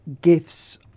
gifts